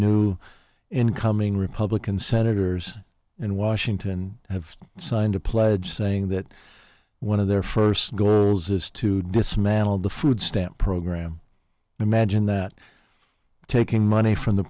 new incoming republican senators in washington have signed a pledge saying that one of their first goal is to dismantle the food stamp program imagine that taking money from the